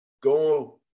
Go